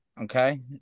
Okay